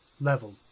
level